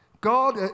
God